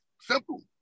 Simple